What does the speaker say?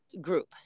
group